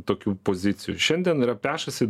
tokių pozicijų šiandien yra pešasi